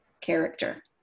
character